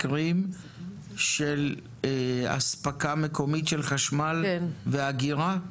לראות מקרים של אספקה מקומית של חשמל ואגירה?